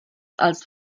als